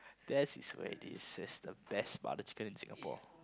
that is where there is the best butter chicken in Singapore